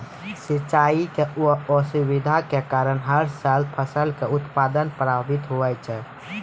सिंचाई के असुविधा के कारण हर साल फसल के उत्पादन प्रभावित होय छै